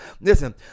Listen